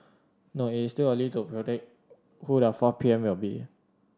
no it is still early to predict who the four P M will be